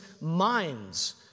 minds